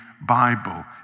Bible